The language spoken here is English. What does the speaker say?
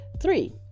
Three